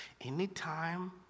Anytime